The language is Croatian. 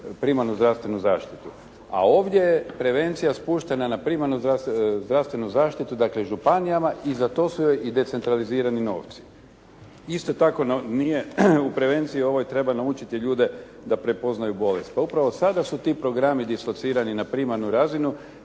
primarnu zdravstvenu zaštitu. A ovdje je prevencija spuštena na primarnu zdravstvenu zaštitu, dakle, županijama i za to su joj i decentralizirani novci. Isto tako u prevenciji ovoj treba naučiti ljude da prepoznaju bolest. Pa upravo sada su ti programi dislocirani na primarnu razinu